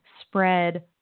spread